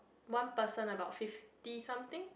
one person about fifty something